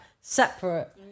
separate